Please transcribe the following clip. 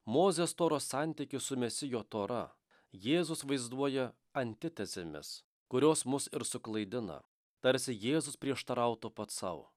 mozės toros santykį su mesijo tora jėzus vaizduoja antitezėmis kurios mus ir suklaidina tarsi jėzus prieštarautų pats sau